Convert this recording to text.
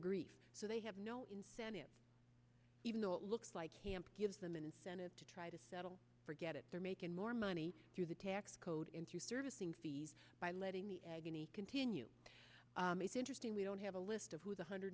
grief so they have no incentive even though it looks like camp gives them an incentive to try to settle for get it they're making more money through the tax code into servicing fees by letting the agony continue it's interesting we don't have a list of one hundred